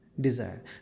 desire